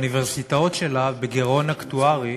שהאוניברסיטאות שלה בגירעון אקטוארי